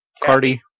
Cardi